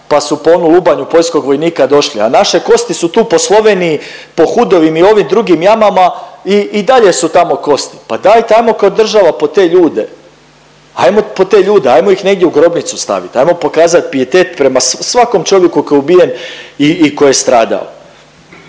pa su po onu lubanju poljskog vojnika došli, a naše kosti su tu po Sloveniji, po Hudovim i ovim drugim jamama i dalje su tamo kosti. Pa dajte ajmo ko država po te ljude, ajmo po te ljude, ajmo ih negdje u grobnicu stavit, ajmo pokazat pijetet prema svakom čovjeku koji je ubijen i koji je stradao.